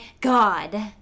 God